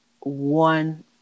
one